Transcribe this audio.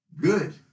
good